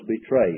betrayed